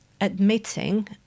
admitting